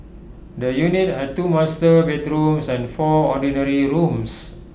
the unit had two master bedrooms and four ordinary rooms